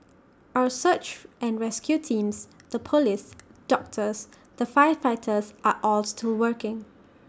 our search and rescue teams the Police doctors the firefighters are all still working